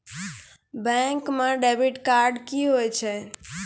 Bank म debit card की होय छै?